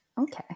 Okay